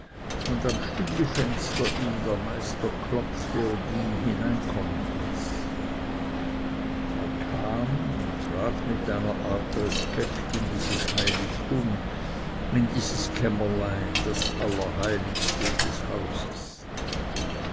und am stüblifenster ihm der meister klopfte und ihn hineinkommen hieß er kam und trat mit einer art respekt in dieses heiligtum in dieses kämmerlein das allerheiligste des hauses